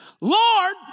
Lord